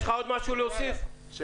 יש